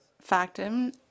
factum